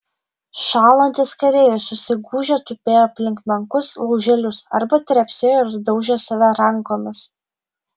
šąlantys kareiviai susigūžę tupėjo aplink menkus lauželius arba trepsėjo ir daužė save rankomis